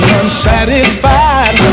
unsatisfied